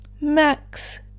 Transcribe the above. Max